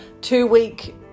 two-week